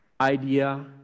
idea